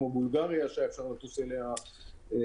כמו בולגריה שאפשר היה לטוס אליה וקרואטיה.